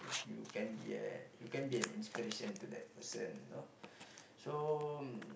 you can be a you can be a inspiration to that person you know so